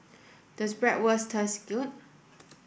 does Bratwurst taste good